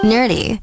Nerdy